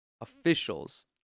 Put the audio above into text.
officials